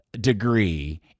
degree